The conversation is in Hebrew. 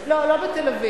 לא, לא בתל-אביב.